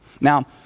Now